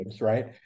right